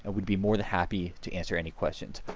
will be more than happy to answer any questions.